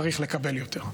צריך לקבל יותר.